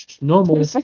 Normal